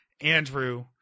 Andrew